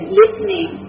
listening